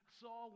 saw